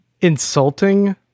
insulting